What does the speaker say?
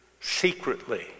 secretly